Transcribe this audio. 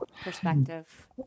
perspective